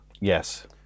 Yes